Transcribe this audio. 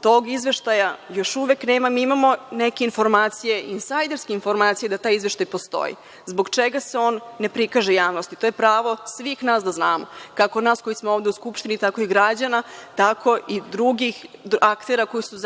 Tog izveštaja još uvek nema. Mi imamo neke informacije, insajderske informacije da taj izveštaj postoji. Zbog čega se on ne prikaže javnosti, to je pravo svih nas da znamo. Kako nas koji smo u Skupštini, tako i građana i drugih aktera koji su